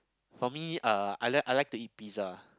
for me uh I like I like to eat pizza